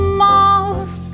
mouth